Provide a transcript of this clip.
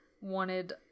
wanted